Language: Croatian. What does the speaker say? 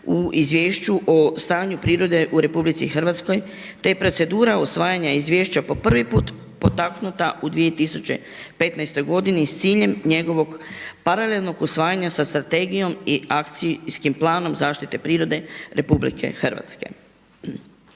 u Izvješću o stanju prirode u RH, te je procedura usvajanja izvješća po prvi put potaknuta u 2015. godini s ciljem njegovog paralelnog usvajanja sa strategijom i Akcijskim planom zaštite prirode RH. Obzirom da se